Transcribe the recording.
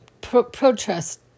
protest